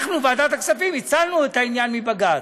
אנחנו, ועדת הכספים, הצלנו את העניין מבג"ץ.